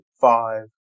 five